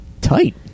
tight